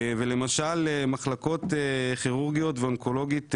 למשל מחלקות כירורגיות ואונקולוגית ילדים,